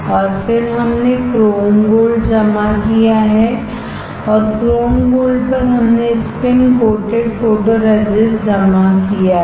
और फिर हमने क्रोम गोल्ड जमा किया है और क्रोम गोल्ड पर हमने स्पिन कोटेड फोटोरेजिस्ट जमा किया है